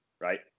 right